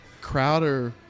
Crowder